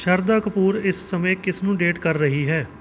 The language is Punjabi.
ਸ਼ਰਧਾ ਕਪੂਰ ਇਸ ਸਮੇਂ ਕਿਸ ਨੂੰ ਡੇਟ ਕਰ ਰਹੀ ਹੈ